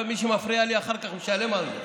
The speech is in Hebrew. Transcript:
את יודעת, מי שמפריע לי אחר כך משלם על זה.